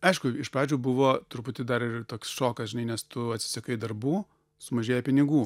aišku iš pradžių buvo truputį dar ir toks šokas nes tu atsisakai darbų sumažėja pinigų